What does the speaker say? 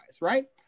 right